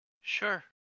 Sure